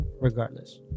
regardless